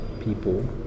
people